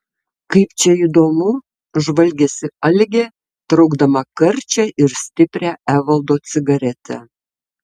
kaip čia įdomu žvalgėsi algė traukdama karčią ir stiprią evaldo cigaretę